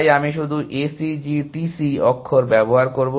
তাই আমি শুধু A C G T C অক্ষর ব্যবহার করব